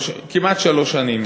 כמעט שלוש שנים,